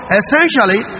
essentially